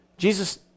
Jesus